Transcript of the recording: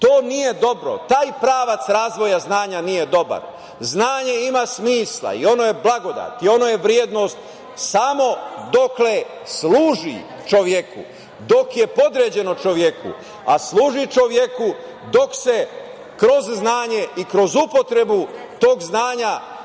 nije dobro. Taj pravac razvoja znanja nije dobar. Znanje ima smisla i ono je blagodet i ono je vrednost samo dokle služi čoveku, dok je podređeno čoveku, a služi čoveku dok se kroz znanje i kroz upotrebu tog znanja